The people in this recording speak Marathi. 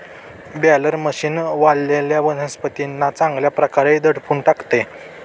बॅलर मशीन वाळलेल्या वनस्पतींना चांगल्या प्रकारे दडपून टाकते